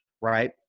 right